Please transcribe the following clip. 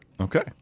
Okay